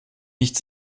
nicht